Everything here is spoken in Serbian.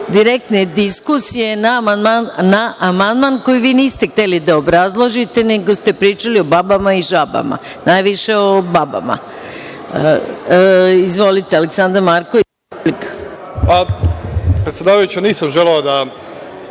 direktne diskusije na amandman koji vi niste hteli da obrazložite, nego ste pričali o babama i žabama, najviše o babama. Izvolite. Reč ima narodni